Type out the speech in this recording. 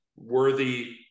worthy